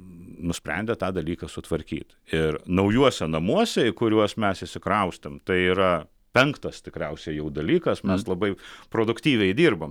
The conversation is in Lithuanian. nusprendė tą dalyką sutvarkyt ir naujuose namuose į kuriuos mes įsikraustėm tai yra penktas tikriausiai jau dalykas mes labai produktyviai dirbam